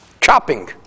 chopping